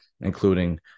including